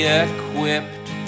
equipped